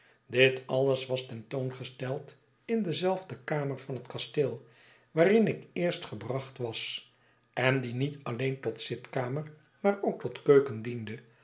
dit alles was ten toon gesteld in dezelfde kamer van het kasteel waarin ik eerst gebracht was en die niet alleen tot zitkamer maar ook tot